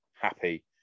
happy